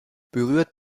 berührt